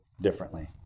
differently